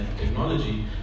technology